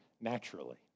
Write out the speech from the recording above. Naturally